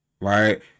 right